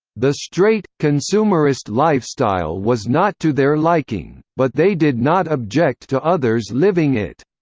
the straight, consumerist lifestyle was not to their liking, but they did not object to others living it.